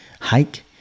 hike